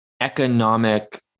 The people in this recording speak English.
economic